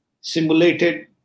simulated